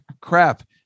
crap